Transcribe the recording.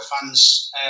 fans